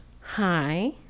Hi